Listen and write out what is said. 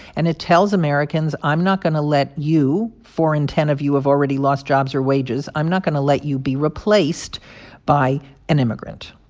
and it tells americans, i'm not going to let you four in ten of you have already lost jobs or wages i'm not going to let you be replaced by an immigrant.